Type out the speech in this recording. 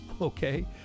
Okay